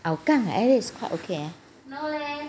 hougang eh that is quite okay leh